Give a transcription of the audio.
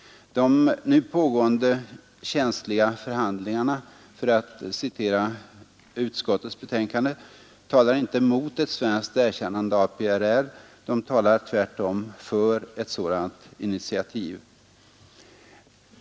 De nu pågående ”känsliga förhandlingarna” för att citera utskottets betänkande talar inte mot ett svenskt erkännande av PRR. Det talar tvärtom för ett sådant initiativ.